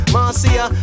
Marcia